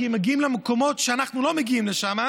כי הן מגיעות למקומות שאנחנו לא מגיעים לשם,